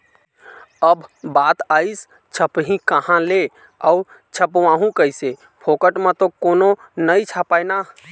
अब बात आइस छपही काँहा ले अऊ छपवाहूँ कइसे, फोकट म तो कोनो नइ छापय ना